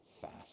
fast